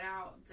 out